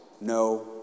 No